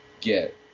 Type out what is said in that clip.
get